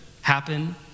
happen